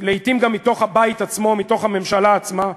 לעתים גם מתוך הבית עצמו, מתוך הממשלה עצמה,